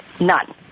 None